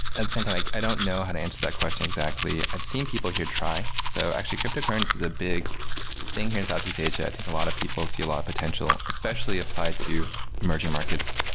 at the same time, like i don't know how to answer that question exactly. i've seen people here try. so, actually, cryptocurrency is a big thing here in southeast asia. i think a lot of people see a lot of potential, especially applied to emerging markets,